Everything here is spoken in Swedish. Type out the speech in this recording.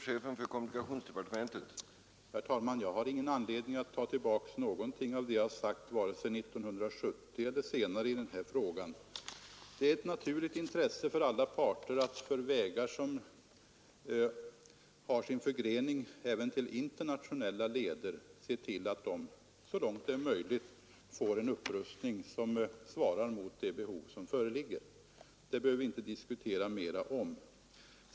Herr talman! Jag har ingen anledning att ta tillbaka någonting av det jag sagt vare sig 1970 eller senare i den här frågan. Det är ett naturligt intresse för alla parter att se till, att vägar som har sin förgrening även till internationella leder så långt det är möjligt får en upprustning som svarar mot det behov som föreligger. Det behöver vi inte diskutera mera om.